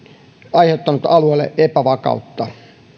aiheuttanut alueelle epävakautta